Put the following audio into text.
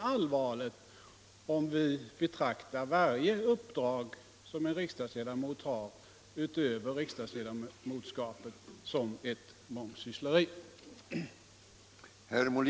allvarligt om vi betraktar varje uppdrag, som en riksdagsledamot har utöver riksdagsledamotskapet, såsom ett mångsyssleri.